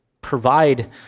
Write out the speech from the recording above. provide